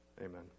Amen